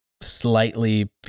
slightly